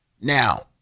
Now